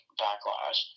backlash